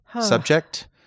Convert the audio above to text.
subject